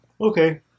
okay